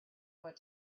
what